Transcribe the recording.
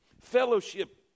Fellowship